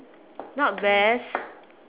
not best